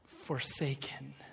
forsaken